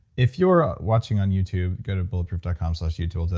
if you're watching on youtube, go to bulletproof dot com slash youtube,